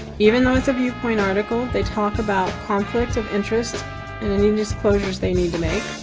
even though it's a viewpoint article they talk about conflict of interest and any disclosures they need to make.